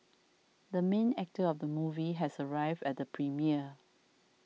the main actor of the movie has arrived at the premiere